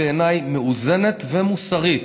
בעיניי, בצורה מאוזנת ומוסרית: